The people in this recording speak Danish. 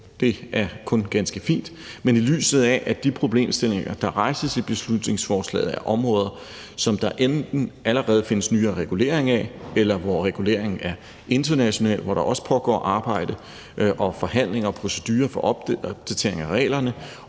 det er kun ganske fint – men i lyset af at de problemstillinger, der rejses i beslutningsforslaget, er områder, som der enten allerede findes nyere regulering af, eller hvor reguleringen er international, og hvor der også pågår arbejde og forhandlinger og procedurer i forhold til opdatering af reglerne,